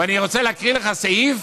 ואני רוצה להקריא לך סעיף